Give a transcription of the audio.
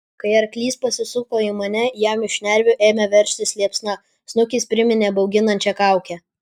kai arklys pasisuko į mane jam iš šnervių ėmė veržtis liepsna snukis priminė bauginančią kaukę